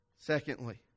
Secondly